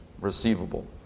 receivable